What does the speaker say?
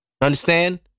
understand